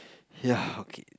ya okay